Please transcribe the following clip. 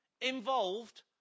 involved